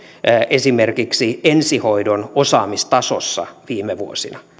esimerkiksi ensihoidon osaamistasossa viime vuosina